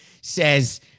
says